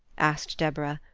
asked deborah,